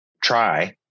try